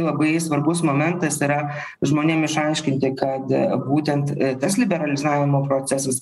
labai svarbus momentas yra žmonėm išaiškinti kad būtent tas liberalizavimo procesas